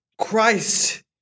Christ